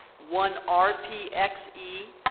one r p x e,